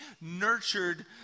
nurtured